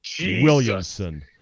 williamson